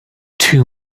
two